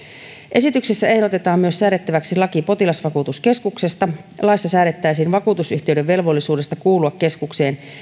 esityksessä ehdotetaan myös säädettäväksi laki potilasvakuutuskeskuksesta laissa säädettäisiin vakuutusyhtiöiden velvollisuudesta kuulua keskukseen